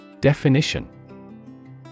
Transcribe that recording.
Definition